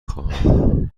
خواهم